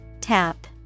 Tap